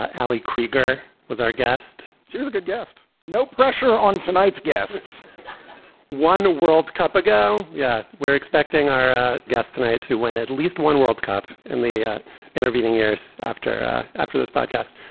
ali krieger was our guest she was a good guest no pressure on tonight's guests one world cup ago. yeah, we're expecting our ah guest tonight to win at least one world cup in the intervening years after after this podcast